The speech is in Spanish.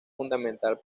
fundamental